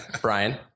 Brian